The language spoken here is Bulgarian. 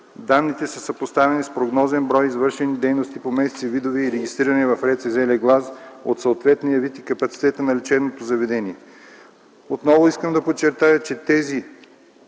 Данните са съпоставени с прогнозен брой извършени дейности по месеци, видове и регистрирани в РЦЗ легла от съответния вид и капацитета на лечебното заведение. Отново искам да подчертая, че тези